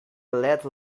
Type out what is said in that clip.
let